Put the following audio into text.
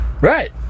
right